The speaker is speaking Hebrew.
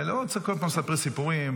ולא רוצה כל פעם לספר סיפורים,